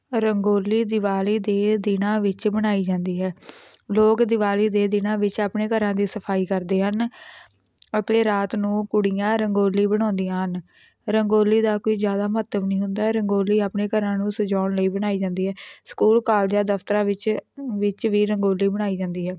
ਰੰਗੋਲੀ ਦੀਵਾਲੀ ਦੇ ਦਿਨਾਂ ਵਿੱਚ ਬਣਾਈ ਜਾਂਦੀ ਹੈ ਲੋਕ ਦੀਵਾਲੀ ਦੇ ਦਿਨਾਂ ਵਿੱਚ ਆਪਣੇ ਘਰਾਂ ਦੀ ਸਫ਼ਾਈ ਕਰਦੇ ਹਨ ਅਤੇ ਰਾਤ ਨੂੰ ਕੁੜੀਆਂ ਰੰਗੋਲੀ ਬਣਾਉਂਦੀਆਂ ਹਨ ਰੰਗੋਲੀ ਦਾ ਕੋਈ ਜ਼ਿਆਦਾ ਮਹੱਤਵ ਨਹੀਂ ਹੁੰਦਾ ਰੰਗੋਲੀ ਆਪਣੇ ਘਰਾਂ ਨੂੰ ਸਜਾਉਣ ਲਈ ਬਣਾਈ ਜਾਂਦੀ ਹੈ ਸਕੂਲ ਕਾਲਜਾਂ ਦਫ਼ਤਰਾਂ ਵਿੱਚ ਵਿੱਚ ਵੀ ਰੰਗੋਲੀ ਬਣਾਈ ਜਾਂਦੀ ਹੈ